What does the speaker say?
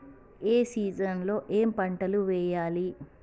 ఏ season లో ఏం పంటలు వెయ్యాలి?